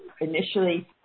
initially